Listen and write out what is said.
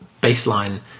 baseline